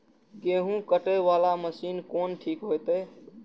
गेहूं कटे वाला मशीन कोन ठीक होते?